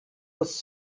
was